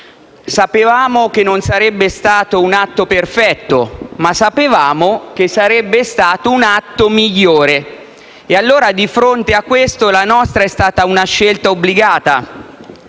Sapevamo che non sarebbe stato un atto perfetto, ma sapevamo altresì che sarebbe stato un atto migliore. Di fronte a questo, la nostra è stata una scelta obbligata,